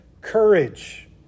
courage